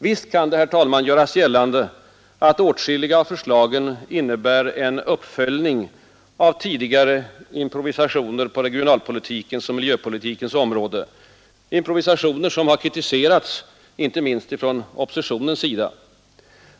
Visst kan det, herr talman, göras gällande att åtskilliga av förslagen innebär en uppföljning av tidigare improvisationer på regionalpolitikens och miljöpolitikens område, improvisationer som har starkt kritiserats, inte minst från oppositionens sida.